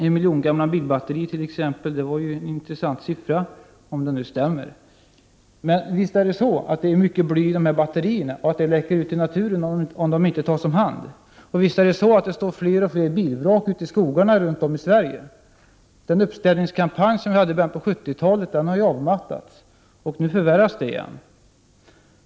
En miljon gamla bilbatterier är en intressant siffra, om den nu stämmer. Faktum är ju att det är mycket bly i batterierna som läcker ut i naturen om de inte tas om hand. Och visst är det så att fler och fler bilvrak ställs ut i skogarna runt om i Sverige. Den uppställningskampanj som man 83 hade i början av 1970-talet har avmattats, och nu förvärras problemet igen.